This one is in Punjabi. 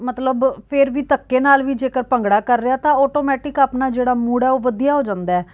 ਮਤਲਬ ਫਿਰ ਵੀ ਧੱਕੇ ਨਾਲ ਵੀ ਜੇਕਰ ਭੰਗੜਾ ਕਰ ਰਹੇ ਹਾਂ ਤਾਂ ਆਟੋਮੈਟਿਕ ਆਪਣਾ ਜਿਹੜਾ ਮੂਡ ਹੈ ਉਹ ਵਧੀਆ ਹੋ ਜਾਂਦਾ